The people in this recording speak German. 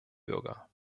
bürger